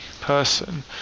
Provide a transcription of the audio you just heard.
person